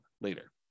later